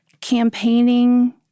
campaigning